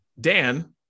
Dan